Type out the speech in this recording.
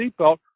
seatbelt